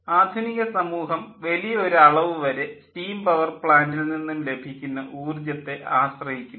ആധുനിക സമൂഹം വലിയ ഒരു അളവു വരെ സ്റ്റീം പവർ പ്ലാൻ്റിൽ നിന്നും ലഭിക്കുന്ന ഊർജ്ജത്തെ ആശ്രയിക്കുന്നു